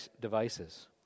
devices